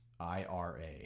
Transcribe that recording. IRA